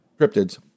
cryptids